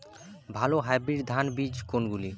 ভালো হাইব্রিড ধান বীজ কোনগুলি?